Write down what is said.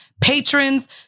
patrons